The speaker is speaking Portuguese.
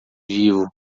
vivo